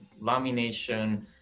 lamination